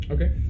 Okay